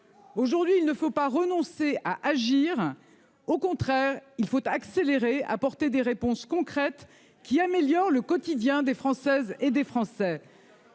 Aujourd'hui, il ne faut pas renoncer à agir. Au contraire, il faut accélérer apporter des réponses concrètes qui améliore le quotidien des Françaises et des Français.